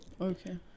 Okay